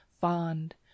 fond